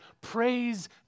Praise